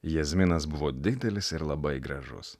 jazminas buvo didelis ir labai gražus